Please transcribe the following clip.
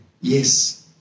Yes